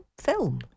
Film